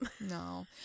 no